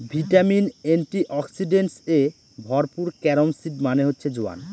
vitamin, antioxidants এ ভরপুর carom seed মানে হচ্ছে জোয়ান